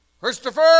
Christopher